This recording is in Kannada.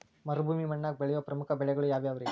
ಮರುಭೂಮಿ ಮಣ್ಣಾಗ ಬೆಳೆಯೋ ಪ್ರಮುಖ ಬೆಳೆಗಳು ಯಾವ್ರೇ?